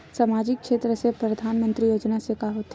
सामजिक क्षेत्र से परधानमंतरी योजना से का होथे?